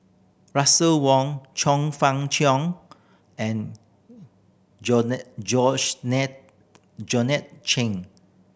Russel Wong Chong Fah Cheong and Georgette Chen